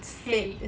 !hey!